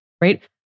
right